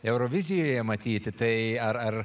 eurovizijoje matyti tai ar ar